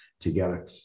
together